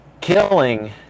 Killing